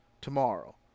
tomorrow